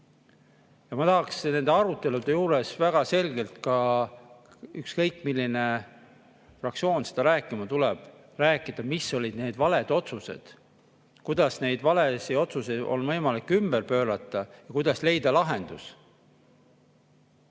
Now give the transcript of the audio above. Ma tahaksin nendel aruteludel väga selgelt ka, ükskõik milline fraktsioon seda rääkima tuleb, välja öelda, mis olid need valed otsused, kuidas neid valesid otsuseid on võimalik ümber pöörata ja kuidas leida lahendus.